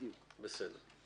בסדר.